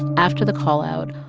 after the call-out,